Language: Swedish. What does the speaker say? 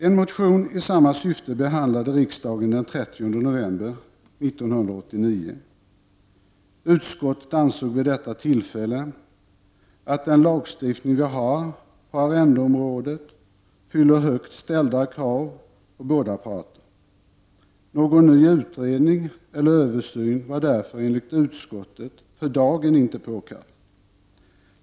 En motion i samma syfte behandlade riksdagen den 30 november 1989. Utskottet ansåg vid detta tillfälle att den lagstiftning vi har på arrendeområdet fyller högt ställda krav på båda parter. Någon ny utredning eller översyn var därför enligt utskottet för dagen inte påkallad.